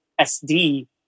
SD